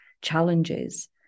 challenges